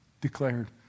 declared